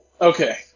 okay